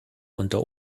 unter